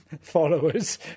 followers